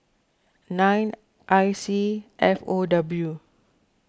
nine I C F O W